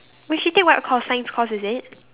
wait she take what course science course is it